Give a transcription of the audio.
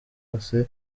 hose